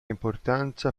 importanza